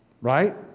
Right